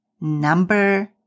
Number